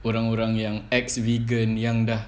orang-orang yang ex-vegan yang dah